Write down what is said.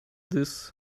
this